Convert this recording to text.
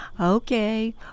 Okay